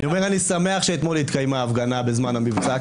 אני שמח שאתמול התקיימה הפגנה בזמן המבצע,